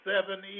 seven